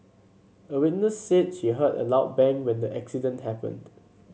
a witness said she heard a loud bang when the accident happened